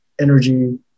energy